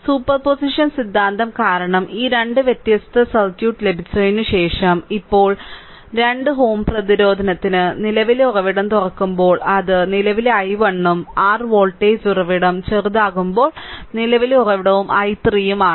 superposition സിദ്ധാന്തം കാരണം ഈ രണ്ട് വ്യത്യസ്ത സർക്യൂട്ട് ലഭിച്ചതിന് ശേഷം ഇപ്പോൾ 2 Ω പ്രതിരോധത്തിന് നിലവിലെ ഉറവിടം തുറക്കുമ്പോൾ അത് നിലവിലെ i1 ഉം r വോൾട്ടേജ് ഉറവിടം ചെറുതാകുമ്പോൾ നിലവിലെ ഉറവിടവും i3 ആണ്